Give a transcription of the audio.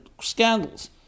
scandals